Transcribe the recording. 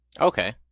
okay